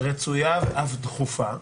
רצויה ואף דחופה,